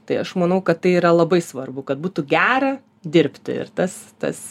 tai aš manau kad tai yra labai svarbu kad būtų gera dirbti ir tas tas